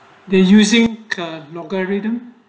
they using a logarithm